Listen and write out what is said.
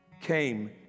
came